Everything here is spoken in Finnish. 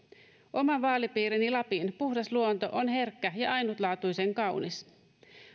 oman vaalipiirini lapin puhdas luonto on herkkä ja ja ainutlaatuisen kaunis